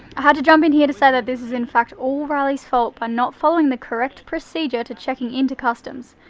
ah had to jump in here to say that this is in fact all riley's fault by not following the correct procedure to checking into customs.